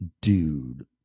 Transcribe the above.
dude